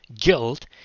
guilt